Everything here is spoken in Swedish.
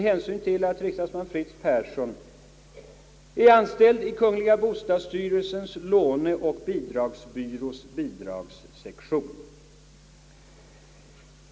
Riksdagsman Fritz Persson är anställd i kungl. bostadsstyrelsens låneoch bidragsbyrås bidragssektion.